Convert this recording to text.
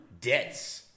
debts